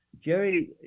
Jerry